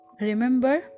remember